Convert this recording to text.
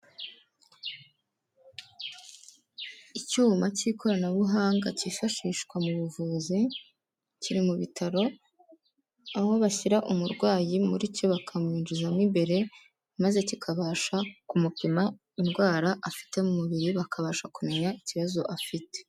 Icyuma k'ikoranabuhanga kifashishwa mu buvuzi kiri mu bitaro aho bashyira umurwayi muri cyo, bakamwinjizamo imbere maze kikabasha kumupima indwara afite mu mubiri bakabasha kumenya ikibazo afite.